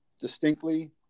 distinctly